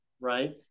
right